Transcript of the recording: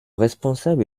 responsable